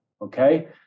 okay